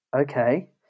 Okay